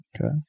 Okay